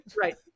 right